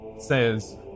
says